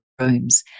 rooms